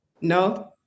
No